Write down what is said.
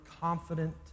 confident